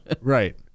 right